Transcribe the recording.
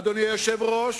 אדוני היושב-ראש,